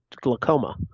Glaucoma